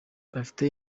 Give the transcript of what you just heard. bafite